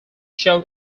shown